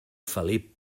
felip